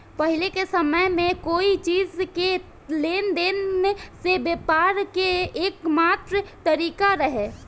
पाहिले के समय में कोई चीज़ के लेन देन से व्यापार के एकमात्र तारिका रहे